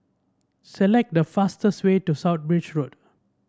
select the fastest way to South Bridge Road